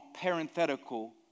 parenthetical